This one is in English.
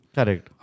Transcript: Correct